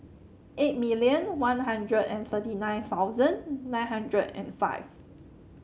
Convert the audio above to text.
eight million One Hundred and thirty nine thousand nine hundred and five